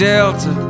Delta